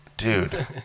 Dude